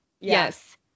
Yes